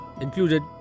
included